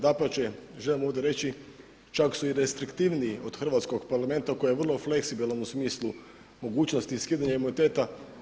Dapače, želim ovdje reći čak su i restriktivniji od hrvatskog Parlamenta koji je vrlo fleksibilan u smislu mogućnosti i skidanja imuniteta.